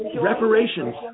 Reparations